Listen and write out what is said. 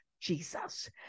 jesus